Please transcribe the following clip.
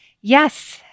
Yes